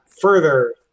further